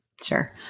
Sure